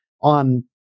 on